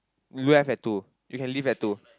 you left at two you can leave at two